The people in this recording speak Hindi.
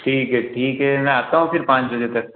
ठीक है ठीक है मैं आता हूँ फिर पाँच बजे तक